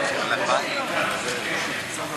בהצעת החוק